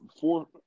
four